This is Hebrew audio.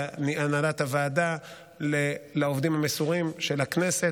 להנהלת הוועדה ולעובדים המסורים של הכנסת,